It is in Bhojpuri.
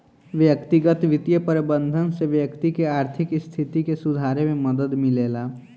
व्यक्तिगत बित्तीय प्रबंधन से व्यक्ति के आर्थिक स्थिति के सुधारे में मदद मिलेला